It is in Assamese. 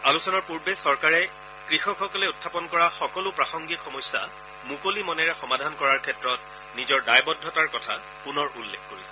আলোচনাৰ পূৰ্বে চৰকাৰে কৃষকসকলে উখাপন কৰা সকলো প্ৰাসংগিক সমস্যা মুকলি মনেৰে সমাধান কৰাৰ ক্ষেত্ৰত নিজৰ দায়বদ্ধতাৰ কথা পুনৰ উল্লেখ কৰিছে